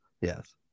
Yes